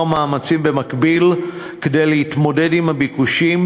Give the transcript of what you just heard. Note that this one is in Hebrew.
מאמצים במקביל כדי להתמודד עם הביקושים,